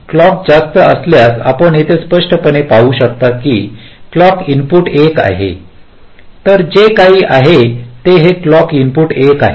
clock जास्त असल्यास आपण येथे स्पष्टपणे पाहू शकता की क्लॉक इनपुट 1 आहे तर जे काही आहे ते हे क्लॉक इनपुट 1 आहे